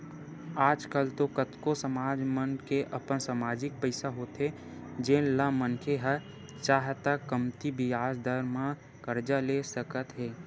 आज कल तो कतको समाज मन के अपन समाजिक पइसा होथे जेन ल मनखे ह चाहय त कमती बियाज दर म करजा ले सकत हे